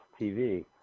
TV